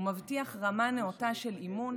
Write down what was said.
ומבטיח רמה נאותה של אימון,